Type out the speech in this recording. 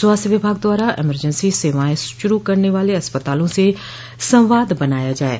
स्वास्थ्य विभाग द्वारा इमरजेन्सी सेवायें शुरू करने वाले अस्पतालों से संवाद बनाया जाये